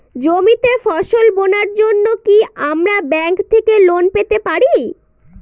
জমিতে ফসল বোনার জন্য কি আমরা ব্যঙ্ক থেকে লোন পেতে পারি?